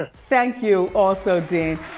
ah thank you, also dean.